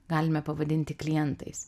galime pavadinti klientais